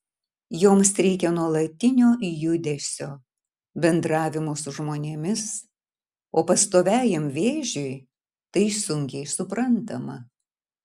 joms reikia nuolatinio judesio bendravimo su žmonėmis o pastoviajam vėžiui tai sunkiai suprantama